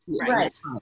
Right